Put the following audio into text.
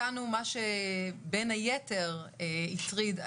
אותנו מה שבין היתר הטריד,